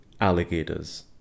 alligators